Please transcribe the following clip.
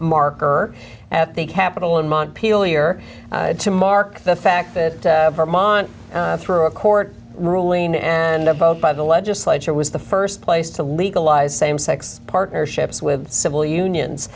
marker at the capitol in montpelier to mark the fact that vermont through a court ruling and a vote by the legislature was the st place to legalize same sex partnerships with civil unions